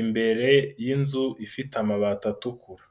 imbere y'inzu ifite amabati atukura.